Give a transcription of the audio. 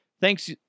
thanks